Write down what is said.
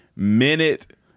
minute